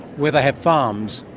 where they have farms.